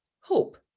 hope